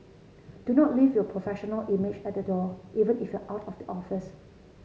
do not leave your professional image at the door even if you are out of the office